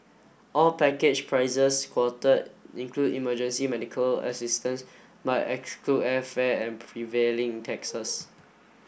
all package prices quoted include emergency medical assistance but exclude airfare and prevailing taxes